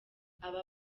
aba